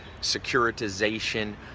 securitization